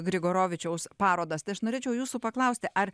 grigorovičiaus parodas tai aš norėčiau jūsų paklausti ar